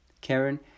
Karen